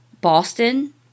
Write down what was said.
Boston